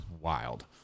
wild